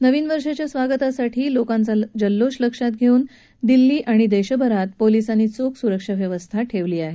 नवीन वर्षाच्या स्वागतासाठी लोकांचा जल्लोष लक्षात घेऊन दिल्ली पोलिसांनी चोख सुरक्षा व्यवस्था ठेवली आहे